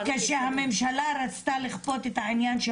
כשהממשלה רצתה לכפות את העניין של